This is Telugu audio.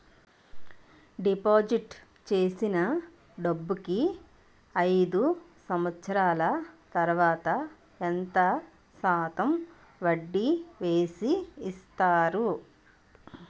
డిపాజిట్ చేసిన డబ్బుకి అయిదు సంవత్సరాల తర్వాత ఎంత శాతం వడ్డీ వేసి ఇస్తారు?